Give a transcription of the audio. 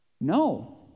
No